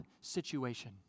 situation